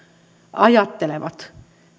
ajattelevat